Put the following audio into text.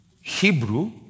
Hebrew